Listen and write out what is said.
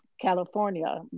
California